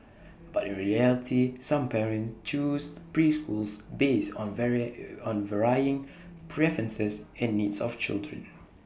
but in reality some parents choose preschools based on varied varying preferences and needs of children